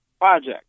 project